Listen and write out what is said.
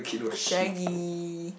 shaggy